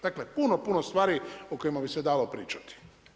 Dakle, puno, puno stvari o kojima bi se dalo pričati.